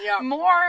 More